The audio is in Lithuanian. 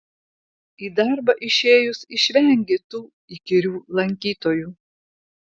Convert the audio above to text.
į darbą išėjus išvengi tų įkyrių lankytojų